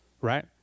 right